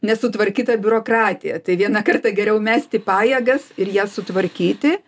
nesutvarkytą biurokratiją tai vieną kartą geriau mesti pajėgas ir jas sutvarkyti